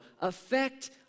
affect